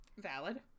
Valid